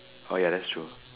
oh ya that's true